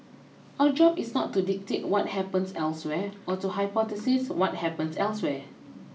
our job is not to dictate what happens elsewhere or to hypothesise what happens elsewhere